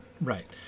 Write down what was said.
Right